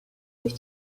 durch